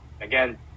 Again